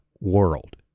world